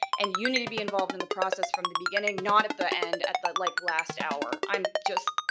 and you need to be involved in the process from the beginning, not at the end, at the like last hour, i'm just.